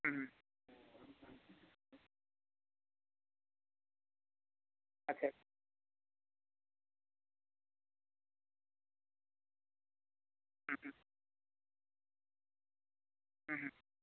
হুম হুম আচ্ছা হুম হুম